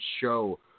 show